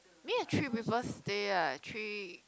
me and three people stay ah three